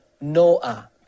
Noah